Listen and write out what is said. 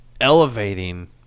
elevating